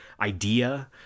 idea